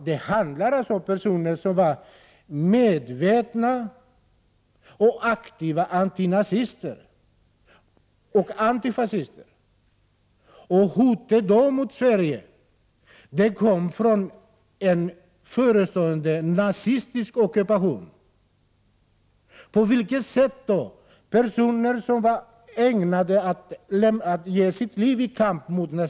Det handlar alltså om personer som var medvetna och aktiva antinazister och antifascister. Hotet mot dem i Sverige kom från en förestående nazistisk ockupation. På vilket sätt kunde personer som var beredda att ge sitt liv i kampen mot Prot.